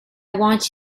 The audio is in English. want